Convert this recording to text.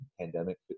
pandemic